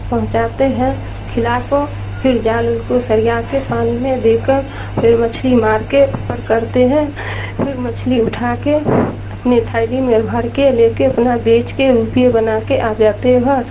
پہنچاتے ہیں کھلا کو پھر جال ال کو سریا کے پانی میں دے کر پھر مچھلی مار کے اوپر کرتے ہیں پھر مچھلی اٹھا کے اپنی تھیلی میں بھر کے لے کے اپنا بیچ کے روپے بنا کے آ جاتے ہیں گھر